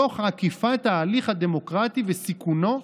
תוך עקיפת ההליך הדמוקרטי וסיכונו",